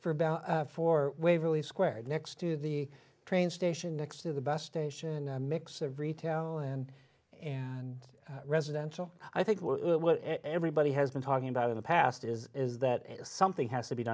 for about four waverley square next to the train station next to the best station mix of retail and and residential i think everybody has been talking about in the past is is that something has to be